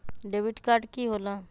Debit card की होला?